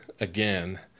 again